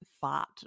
fart